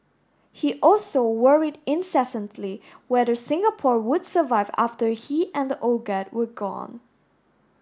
he also worried incessantly whether Singapore would survive after he and the old guard were gone